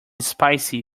spicy